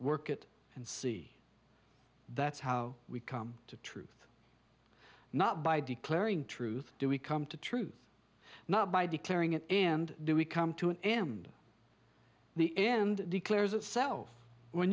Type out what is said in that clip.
work it and see that's how we come to truth not by declaring truth do we come to truth not by declaring it and do we come to an end the end declares itself when